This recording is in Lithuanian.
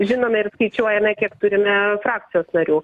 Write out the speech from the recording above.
žinome ir skaičiuojame kiek turime frakcijos narių